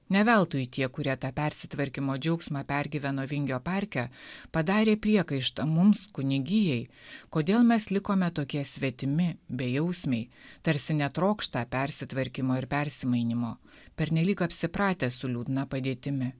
ne veltui tie kurie tą persitvarkymo džiaugsmą pergyveno vingio parke padarė priekaištą mums kunigijai kodėl mes likome tokie svetimi bejausmiai tarsi netrokštą persitvarkymo ir persimainymo pernelyg apsipratę su liūdna padėtimi